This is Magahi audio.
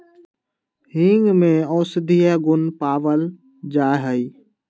हींग में औषधीय गुण पावल जाहई